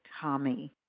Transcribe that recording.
Tommy